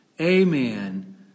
Amen